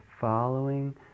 following